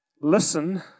listen